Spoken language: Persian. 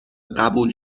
قبول